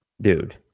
Dude